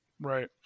Right